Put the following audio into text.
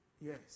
Yes